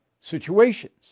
situations